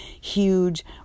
huge